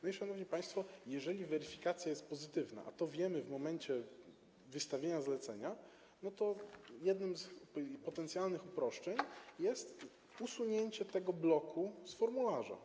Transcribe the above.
No i, szanowni państwo, jeżeli weryfikacja jest pozytywna, a to wiemy w momencie wystawienia zlecenia, to jednym z potencjalnych uproszczeń jest usunięcie tego pola z formularza.